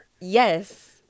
Yes